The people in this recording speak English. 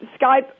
Skype